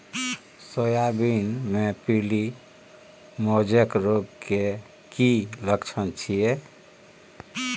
Soybean मे पीली mosaic रोग के की लक्षण छीये?